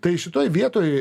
tai šitoj vietoj